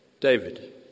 David